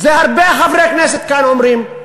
הרבה חברי כנסת כאן אומרים.